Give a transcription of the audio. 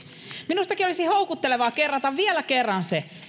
minustakin olisi houkuttelevaa kerrata vielä kerran se